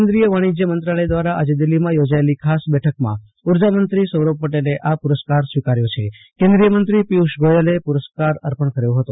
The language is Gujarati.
કેન્દ્રીય વાણિજય મંત્રાલય દ્વારા આજે દિલ્ફીમાં યોજાયેલી ખાસ બેઠકમાં ઉર્જામંત્રી સૌરભ પટેલે આ પુરસ્કાર સ્વીકાર્યો છે કેન્દ્રીય મંત્રી પિયુસ ગોયલે પુરસ્કાર અર્પણ કર્યો હતો